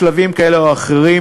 בשלבים כאלה או אחרים,